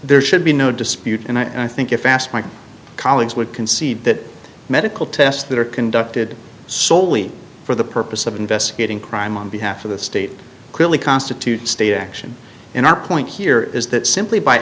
there should be no dispute and i think if asked my colleagues would concede that medical tests that are conducted solely for the purpose of investigating crime on behalf of the state clearly constitute state action in our point here is that simply by